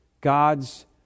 God's